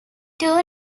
two